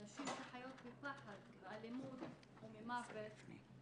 נשים שחיות בפחד מאלימות וממוות.